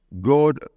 God